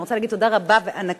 אני רוצה להגיד תודה רבה וענקית